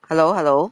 hello hello